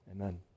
Amen